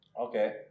Okay